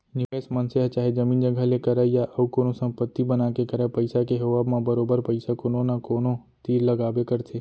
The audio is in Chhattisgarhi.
निवेस मनसे ह चाहे जमीन जघा लेके करय या अउ कोनो संपत्ति बना के करय पइसा के होवब म बरोबर पइसा कोनो न कोनो तीर लगाबे करथे